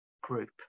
group